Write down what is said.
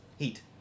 Heat